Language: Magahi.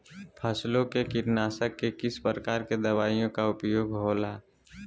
फसलों के कीटनाशक के किस प्रकार के दवाइयों का उपयोग हो ला?